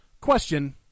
Question